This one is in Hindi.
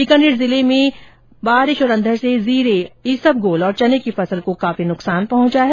बीकानेर जिले में बारिश और अंधड़ से जीरे ईसबगोल और चने की फसल को काफी नुकसान पहुंचा है